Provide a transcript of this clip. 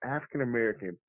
African-American